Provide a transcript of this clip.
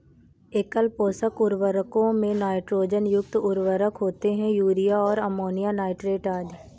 एकल पोषक उर्वरकों में नाइट्रोजन युक्त उर्वरक होते है, यूरिया और अमोनियम नाइट्रेट आदि